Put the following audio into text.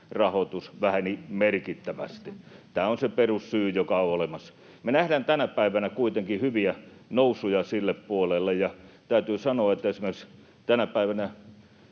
rahoitus väheni merkittävästi. Tämä on se perussyy, joka on olemassa. Me nähdään tänä päivänä kuitenkin hyviä nousuja sille puolelle, ja täytyy sanoa, että esimerkiksi tänä päivänä